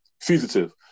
fugitive